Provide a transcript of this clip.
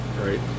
right